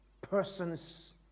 person's